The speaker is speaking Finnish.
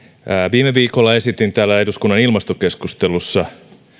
viime viikolla esitin täällä eduskunnan ilmastokeskustelussa